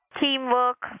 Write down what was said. teamwork